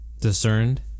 discerned